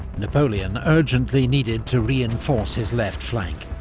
napoleon urgently needed to reinforce his left flank.